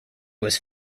was